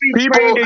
people